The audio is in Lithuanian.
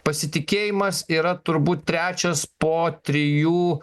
pasitikėjimas yra turbūt trečias po trijų